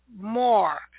more